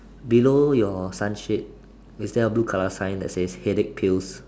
below your sunshade is there a blue color sign that says headache pills